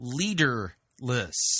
leaderless